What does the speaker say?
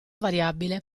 variabile